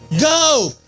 go